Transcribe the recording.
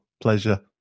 pleasure